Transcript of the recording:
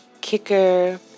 kicker